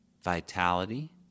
vitality